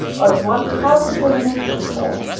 or is not positively deformed.